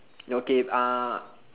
okay uh